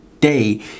day